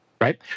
Right